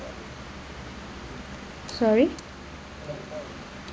sorry